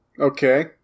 Okay